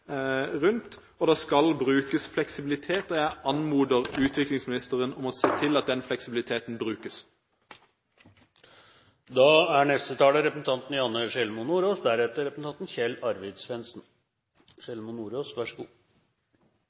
rundt, og det skal brukes fleksibilitet. Jeg anmoder utviklingsministeren om å se til at den fleksibiliteten brukes.